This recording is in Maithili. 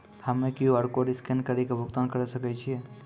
हम्मय क्यू.आर कोड स्कैन कड़ी के भुगतान करें सकय छियै?